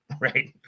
Right